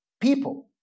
people